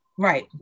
Right